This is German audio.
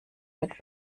mit